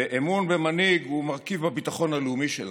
ואמון במנהיג הוא מרכיב הביטחון הלאומי שלנו,